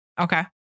Okay